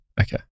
Okay